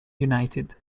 united